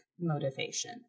motivation